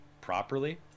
properly